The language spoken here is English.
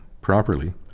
properly